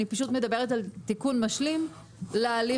אני פשוט מדברת על תיקון משלים להליך